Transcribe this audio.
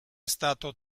stato